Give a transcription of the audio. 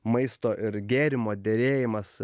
maisto ir gėrimo derėjimas